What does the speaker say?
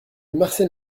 marcel